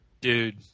Dude